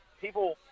people